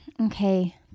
Okay